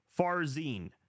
Farzine